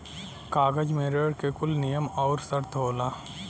कागज मे ऋण के कुल नियम आउर सर्त होला